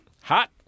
Hot